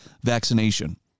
vaccination